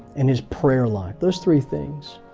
and his prayer life, those three things.